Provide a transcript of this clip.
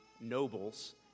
nobles